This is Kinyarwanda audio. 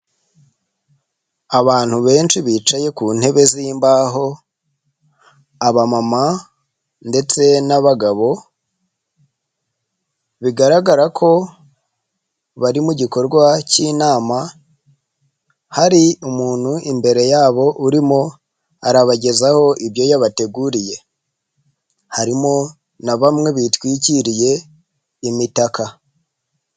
Abantu benshi bicaye ku ntebe zimbaho, aba mama ndetse n'abagabo, bigaragara ko bari mu gikorwa cy'inama, hari umuntu imbere yabo urimo arabagezaho ibyo yabateguriye, harimo na bamwe bitwikiriye imitaka.